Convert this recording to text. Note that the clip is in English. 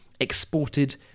exported